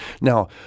now